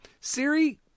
Siri